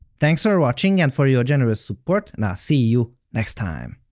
thanks for watching and for your generous support, and i'll see you next time!